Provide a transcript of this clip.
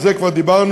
על זה כבר דיברנו.